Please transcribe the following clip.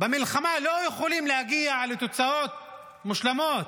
במלחמה לא יכולים להגיע לתוצאות מושלמות.